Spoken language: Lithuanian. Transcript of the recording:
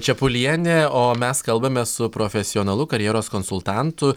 čepulienė o mes kalbame su profesionalu karjeros konsultantu